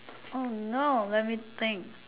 oh no let me think